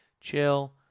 Chill